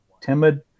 timid